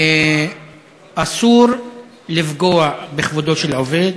אסור לפגוע בכבודו של עובד,